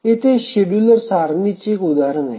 येथे शेड्युलर सारणीचे एक उदाहरण आहे